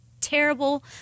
terrible